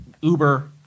Uber